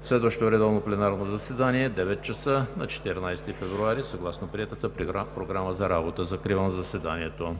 Следващото редовно пленарно заседание е на 14 февруари 2020 г. от 9,00 ч. съгласно приетата Програма за работа. Закривам заседанието.